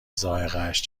ذائقهاش